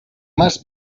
más